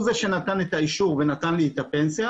הוא זה שנתן לי את האישור ואת הפנסיה,